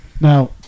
Now